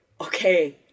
okay